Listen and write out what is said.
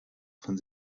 von